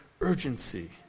urgency